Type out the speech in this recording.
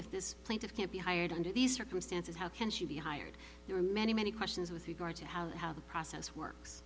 if this plaintiff can't be hired under these circumstances how can she be hired there are many many questions with regard to how the process works